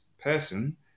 person